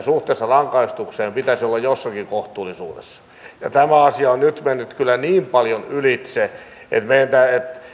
suhteessa rangaistukseen pitäisi olla jossakin kohtuullisuudessa varsinkin kun kyse on tahattomuudesta tämä asia on nyt mennyt kyllä niin paljon ylitse että